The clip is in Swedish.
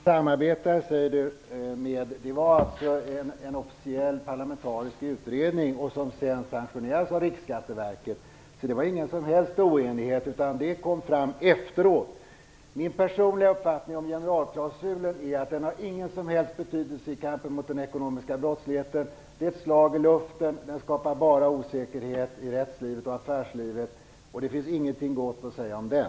Herr talman! Inger Lundberg talar om de jag samarbetade med. Det var en officiell parlamentarisk utredning som sedan sanktionerades av Riksskatteverket. Det fanns ingen som helst oenighet, utan det kom fram efteråt. Min personliga uppfattning om generalklausulen är att den har ingen som helst betydelse i kampen mot den ekonomiska brottsligheten. Det är ett slag i luften. Den skapar bara osäkerhet i rättslivet och affärslivet. Det finns ingenting gott att säga om den.